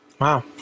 Wow